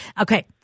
Okay